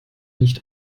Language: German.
nicht